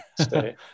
stay